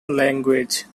language